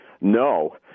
no